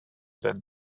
that